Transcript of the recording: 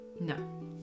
No